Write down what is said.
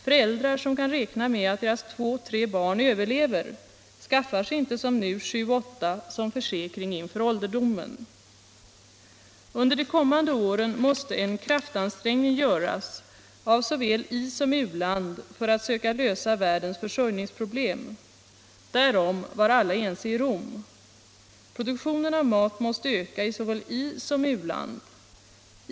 Föräldrar som kan räkna med att deras två, tre barn överlever skaffar sig inte som nu sju, åtta som försäkring inför ålderdomen. Under de kommande åren måste en kraftansträngning göras av såväl isom u-land för att söka lösa världens försörjningsproblem. Därom var 163 alla ense i Rom. Produktionen av mat måste öka i såväl isom u-land.